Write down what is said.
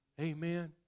Amen